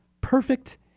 perfect